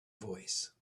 voice